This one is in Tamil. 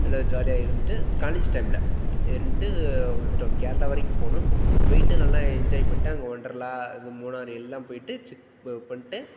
எல்லாம் ஜாலியாக இருந்துட்டு காலேஜ் டைமில் இருந்துட்டு வந்துவிட்டோம் கேரளா வரைக்கும் போனோம் போய்ட்டு நல்லா என்ஜாய் பண்ணிட்டு அங்கே ஒண்டர்லா மூ மூணாறு எல்லாம் போய்ட்டு சுத்தி பண்ணிட்டு